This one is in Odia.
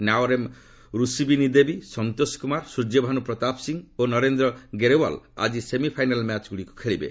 ନାଓରେମ୍ ରୁସିବିନିଦେବୀ ସନ୍ତୋଷ କୁମାର ସୂର୍ଯ୍ୟଭାନୁ ପ୍ରତାପ ସିଂହ ଓ ନରେନ୍ଦ୍ର ଗେରେଓ୍ୱାଲ୍ ଆଜି ସେମିଫାଇନାଲ୍ ମ୍ୟାଚ୍ଗୁଡ଼ିକ ଖେଳିବେ